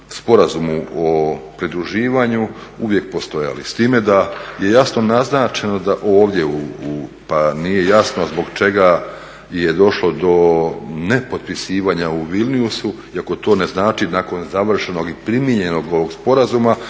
sporazumu o pridruživanju uvijek postojali, s time da je jasno naznačeno da ovdje, pa nije jasno zbog čega je došlo do nepotpisivanja u … iako to ne znači nakon završenog i primijenjenog ovog sporazuma